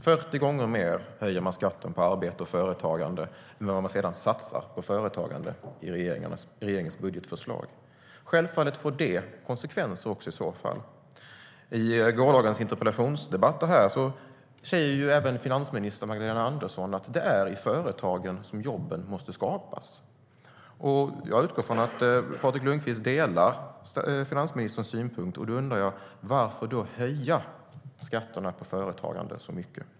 I regeringens budgetförslag höjs skatten på arbete och företagande 40 gånger mer än vad regeringen satsar på företagande. Självfallet får det konsekvenser. I gårdagens interpellationsdebatter sa finansminister Magdalena Andersson att det är i företagen som jobben måste skapas. Jag utgår från att Patrik Lundqvist delar finansministerns synpunkt. Varför höjer ni då skatterna på företagande så mycket?